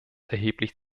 erheblich